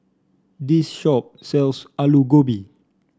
this shop sells Aloo Gobi